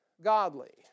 Godly